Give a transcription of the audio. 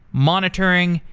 monitoring,